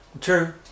True